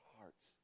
hearts